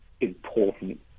important